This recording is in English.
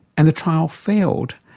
and the trial failed.